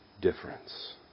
difference